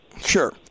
Sure